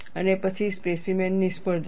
અને પછી સ્પેસીમેન નિષ્ફળ જશે